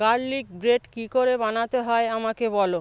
garlic bread কী করে বানাতে হয় আমাকে বলো